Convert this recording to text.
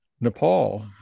Nepal